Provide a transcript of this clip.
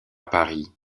paris